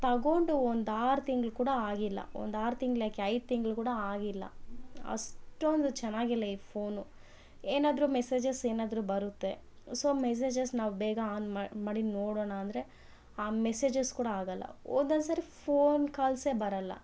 ತೊಗೊಂಡು ಒಂದು ಆರು ತಿಂಗಳು ಕೂಡ ಆಗಿಲ್ಲ ಒಂದು ಆರು ತಿಂಗಳು ಯಾಕೆ ಐದು ತಿಂಗಳು ಕೂಡ ಆಗಿಲ್ಲ ಅಷ್ಟೊಂದು ಚೆನಾಗಿಲ್ಲ ಈ ಫೋನು ಏನಾದ್ರು ಮೆಸೇಜಸ್ ಏನಾದರು ಬರುತ್ತೆ ಸೊ ಮೆಸೇಜಸ್ ನಾವು ಬೇಗ ಆನ್ ಮಾಡಿ ನೋಡೋಣ ಅಂದರೆ ಆ ಮೆಸೇಜಸ್ ಕೂಡ ಆಗೊಲ್ಲ ಒಂದೊಂದ್ಸರಿ ಫೋನ್ ಕಾಲ್ಸೇ ಬರೊಲ್ಲ